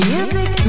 Music